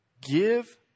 Give